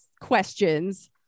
questions